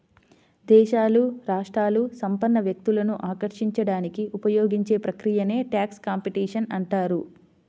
దేశాలు, రాష్ట్రాలు సంపన్న వ్యక్తులను ఆకర్షించడానికి ఉపయోగించే ప్రక్రియనే ట్యాక్స్ కాంపిటీషన్ అంటారు